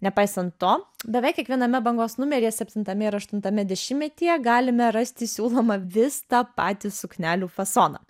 nepaisant to beveik kiekviename bangos numeryje septintame ir aštuntame dešimtmetyje galime rasti siūlomą vis tą patį suknelių fasoną